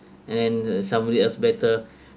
and then somebody else better